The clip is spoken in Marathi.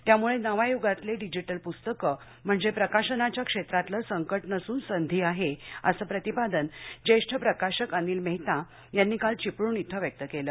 त्यामुळे नव्या यूगातली डिजिटल पुस्तक म्हणजे प्रकाशनाच्या क्षेत्रातलं संकट नसून संधी आहे असं प्रतिपादन ज्येष्ठ प्रकाशक अनिल मेहता यांनी काल चिपळूण इथं व्यक्त केलं